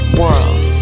world